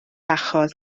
achos